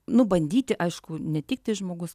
nu bandyti aišku ne tik tai žmogus